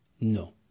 No